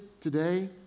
today